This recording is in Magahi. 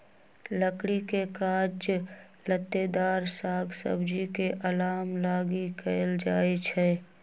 लकड़ी के काज लत्तेदार साग सब्जी के अलाम लागी कएल जाइ छइ